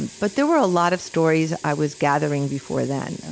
but there were a lot of stories i was gathering before then.